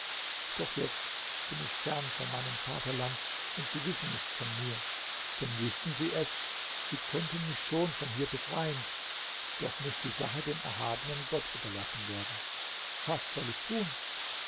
doch jetzt bin ich fern von meinem vaterland und sie wissen nichts von mir denn wüßten sie es sie könnten mich schon von hier befreien doch muß die sache dem erhabenen gott überlassen werden was soll ich tun